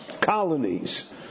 colonies